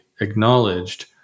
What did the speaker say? acknowledged